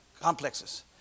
complexes